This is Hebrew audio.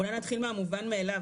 אני אתחיל מהמובן מאליו,